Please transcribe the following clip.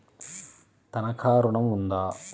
తనఖా ఋణం ఉందా?